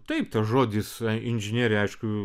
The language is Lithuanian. taip tas žodis inžinerija aišku